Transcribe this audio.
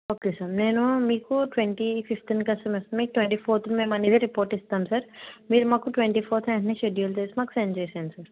okay sir నేను మీకు twenty ఫిఫ్త్న కద సార్ మెస్ మీకు ట్వంటీ ఫోర్త్న మేమనేది రిపోర్ట్ ఇస్తాం సార్ మీరు మాకు ట్వంటీ ఫోర్త్న వెంటనే షెడ్యూల్ చేసి మాకు సెండ్ చేసేయండి సార్